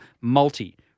multi